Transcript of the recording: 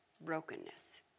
brokenness